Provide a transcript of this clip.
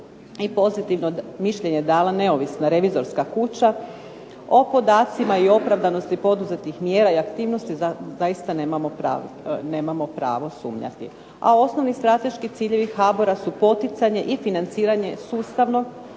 i pozitivno mišljenje dala neovisno revizorska kuća, o podacima i opravdanosti poduzetih mjera i aktivnosti zaista nemamo pravo sumnjati, a osnovni strateški ciljevi HBOR-a su poticanje i financiranje sustavno,